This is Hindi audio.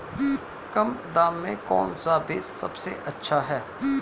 कम दाम में कौन सा बीज सबसे अच्छा है?